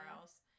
else